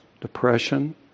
depression